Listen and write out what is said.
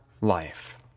life